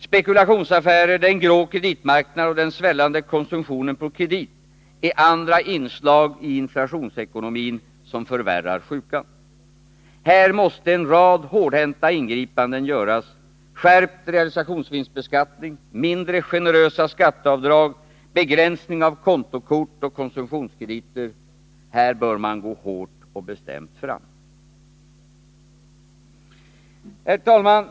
Spekulationsaffärer, den grå kreditmarknaden och den svällande konsumtionen på kredit är andra inslag i inflationsekonomin, som förvärrar sjukan. Här måste en rad hårdhänta ingripanden göras: skärpt realisationsvinstbeskattning, mindre generösa skatteavdrag, begränsning av kontokort och konsumtionskrediter. Här bör man gå hårt och bestämt fram. Herr talman!